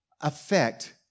affect